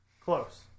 Close